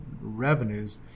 revenues